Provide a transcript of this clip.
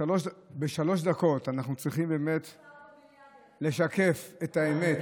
בשלוש דקות אנחנו צריכים באמת לשקף את האמת.